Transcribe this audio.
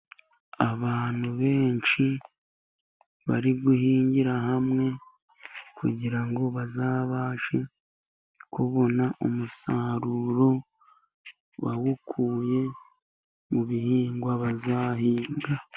Abantu benshi bari guhingira hamwe, kugira ngo bazabashe kubona umusaruro, bawukuye mu bihingwa bazahinga.